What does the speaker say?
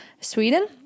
Sweden